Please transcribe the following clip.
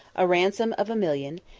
a ransom of a million,